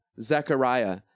Zechariah